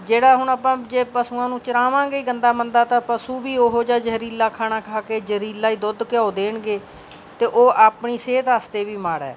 ਜਿਹੜਾ ਹੁਣ ਆਪਾਂ ਜੇ ਪਸ਼ੂਆਂ ਨੂੰ ਚਰਾਵਾਂਗੇ ਗੰਦਾ ਮੰਦਾ ਤਾਂ ਪਸ਼ੂ ਵੀ ਉਹੋ ਜਿਹਾ ਜ਼ਹਿਰੀਲਾ ਖਾਣਾ ਖਾ ਕੇ ਜ਼ਹਿਰੀਲਾ ਹੀ ਦੁੱਧ ਘਿਓ ਦੇਣਗੇ ਅਤੇ ਉਹ ਆਪਣੀ ਸਿਹਤ ਵਾਸਤੇ ਵੀ ਮਾੜਾ ਹੈ